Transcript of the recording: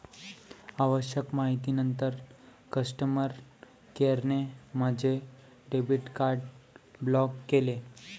आवश्यक माहितीनंतर कस्टमर केअरने माझे डेबिट कार्ड ब्लॉक केले